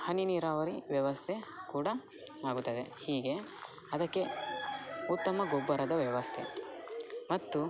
ಹನಿ ನೀರಾವರಿ ವ್ಯವಸ್ಥೆ ಕೂಡ ಆಗುತ್ತದೆ ಹೀಗೆ ಅದಕ್ಕೆ ಉತ್ತಮ ಗೊಬ್ಬರದ ವ್ಯವಸ್ಥೆ ಮತ್ತು